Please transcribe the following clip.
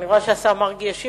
אני רואה שהשר מרגי ישיב.